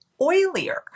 oilier